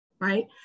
right